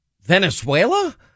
Venezuela